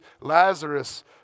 Lazarus